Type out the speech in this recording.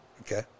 Okay